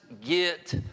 get